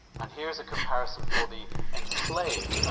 and here's a comparison for the enslaved,